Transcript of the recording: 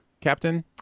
captain